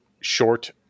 short